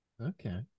Okay